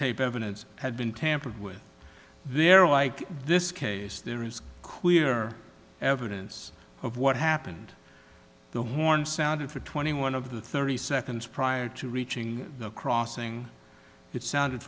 taped evidence had been tampered with there like this case there is clear evidence of what happened the horn sounded for twenty one of the thirty seconds prior to reaching the crossing it sounded